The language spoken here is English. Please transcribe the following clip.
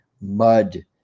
mud